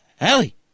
Ellie